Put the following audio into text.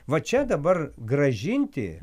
va čia dabar grąžinti